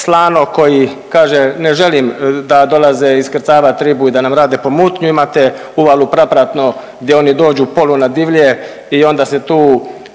Slano koji kaže ne želim da dolaze iskrcavati ribu i da nam rade pomutnju, imate uvalu Prapratno gdje oni dođu polu na divlje i onda se tu